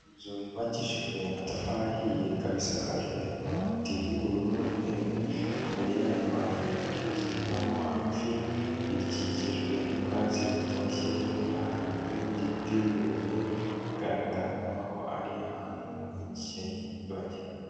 Inzu yubakishijwe amatafari ahiye ikaba isakajwe amabati y'ubururu n'umweru, imbere yayo hari ibyuzi bibamo amafi bikikijwe n'ubwatsi butoshye, hirya hari n'ibindi biti birebire bigaragara nk'aho ari ahantu mu kibaya.